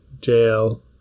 jail